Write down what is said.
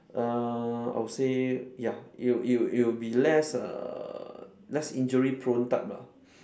uh I will say ya it will it will it will be less err less injury prone type lah